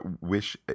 wish